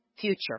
future